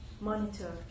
Monitor